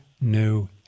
new